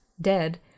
dead